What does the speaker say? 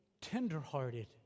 tenderhearted